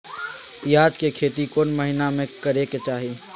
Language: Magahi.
प्याज के खेती कौन महीना में करेके चाही?